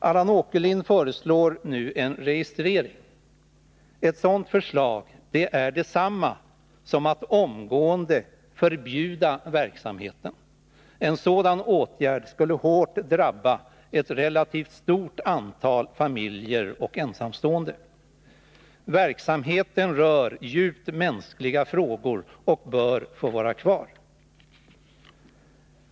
Allan Åkerlind föreslår nu en tegistrering. Att införa en registrering vore detsamma som att omgående förbjuda verksamheten. En sådan åtgärd skulle hårt drabba ett relativt stort antal familjer och ensamstående. Verksamheten berör djupt mänskliga frågor och bör få vara kvar.